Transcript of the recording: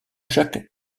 jacques